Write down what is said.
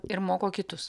ir moko kitus